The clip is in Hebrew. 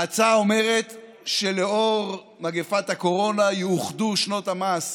ההצעה אומרת שלנוכח מגפת הקורונה יאוחדו שנות המס